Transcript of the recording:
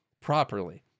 properly